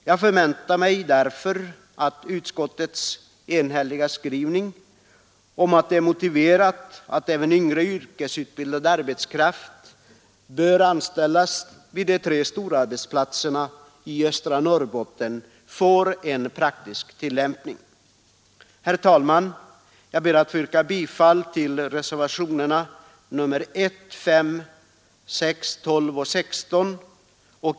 Jag förväntar mig därför att vi får en praktisk tillämpning av utskottets enhälliga skrivning om att det är motiverat att även yngre yrkesutbildad arbetskraft bör anställas vid de tre storarbetsplatserna i östra Norrbotten. Herr talman! Jag ber att få yrka bifall till reservationerna 1, 5,6, 12 och 16.